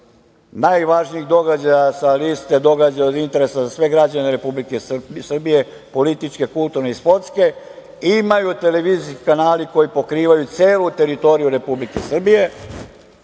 najvažnijih događaja sa liste događaja od interesa za sve građane Republike Srbije, političke, kulturne i sportske, imaju televizijski kanali koji pokrivaju celu teritoriju Republike Srbije,